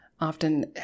often